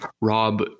Rob